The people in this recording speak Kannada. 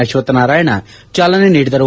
ಅಶ್ವಕ್ಥನಾರಾಯಣ ಚಾಲನೆ ನೀಡಿದರು